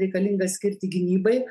reikalinga skirti gynybai